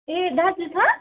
ए दाजु छ